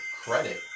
credit